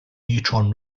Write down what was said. neutron